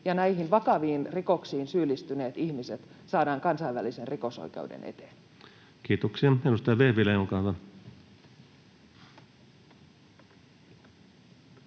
näihin vakaviin rikoksiin syyllistyneet ihmiset saadaan kansainvälisen rikosoikeuden eteen? [Speech 9] Speaker: